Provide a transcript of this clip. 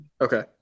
Okay